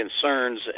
concerns